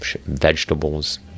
vegetables